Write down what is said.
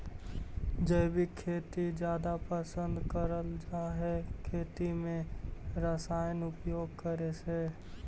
जैविक खेती जादा पसंद करल जा हे खेती में रसायन उपयोग करे से